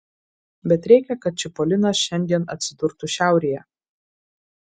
bet reikia kad čipolinas šiandien atsidurtų šiaurėje